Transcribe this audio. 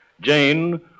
Jane